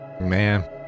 Man